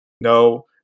no